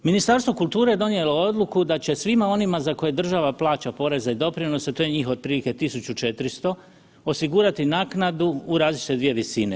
Ministarstvo kulture donijelo je odluku da će svima onima za koje država plaća poreze i doprinose, to je njih otprilike 1400, osigurati naknadu u različite dvije visine.